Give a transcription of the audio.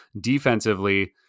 defensively